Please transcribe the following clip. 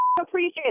appreciate